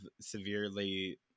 severely